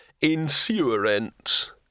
Insurance